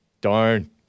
Darn